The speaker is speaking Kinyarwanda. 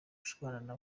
gushwana